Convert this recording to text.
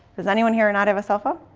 does anyone here not have a cell phone?